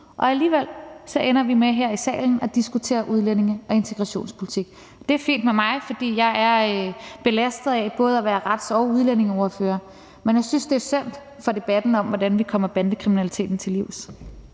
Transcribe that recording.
og alligevel ender vi med her i salen at diskutere udlændinge- og integrationspolitik. Det er fint med mig, for jeg er belastet af både at være retsordfører og udlændingeordfører, men jeg synes, det er synd for debatten om, hvordan vi kommer bandekriminaliteten til livs.